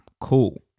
Cool